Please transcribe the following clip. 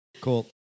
cool